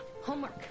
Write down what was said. Homework